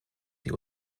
die